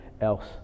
else